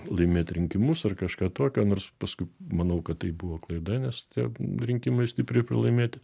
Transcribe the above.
laimėt rinkimus ar kažką tokio nors paskui manau kad tai buvo klaida nes tie rinkimai stipriai pralaimėti